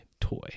toy